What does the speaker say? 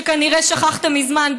שכנראה שכחתם מזמן,